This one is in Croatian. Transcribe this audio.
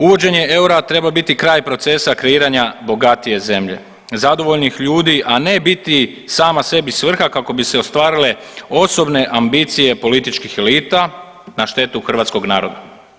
Uvođenje eura trebao je biti kraj procesa kreiranja bogatije zemlje, zadovoljnih ljudi, a ne biti sama sebi svrha kako bi se ostvarile osobne ambicije političkih elita na štetu hrvatskog naroda.